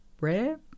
rare